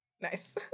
Nice